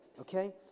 okay